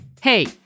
Hey